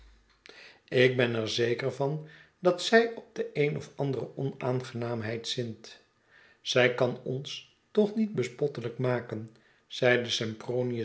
ik kan dat is dus afgesproken van dat zij op de een of andere onaangenaamheid zint zj kan ons toch niet bespottelijk maken zeide